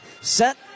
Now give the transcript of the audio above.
Set